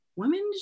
women